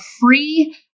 free